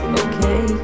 okay